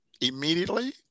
immediately